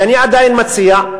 ואני עדיין מציע,